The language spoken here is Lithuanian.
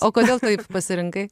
o kodėl taip pasirinkai